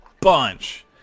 bunch